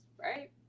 right